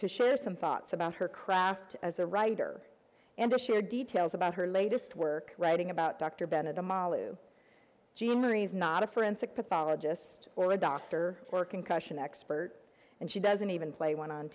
to share some thoughts about her craft as a writer and to share details about her latest work writing about dr bennett amala who jean marie is not a forensic pathologist or a doctor or concussion expert and she doesn't even play one on